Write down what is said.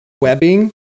webbing